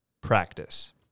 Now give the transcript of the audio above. practice